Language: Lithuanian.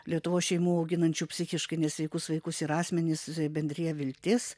lietuvos šeimų auginančių psichiškai nesveikus vaikus ir asmenis bendrija viltis